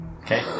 Okay